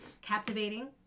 captivating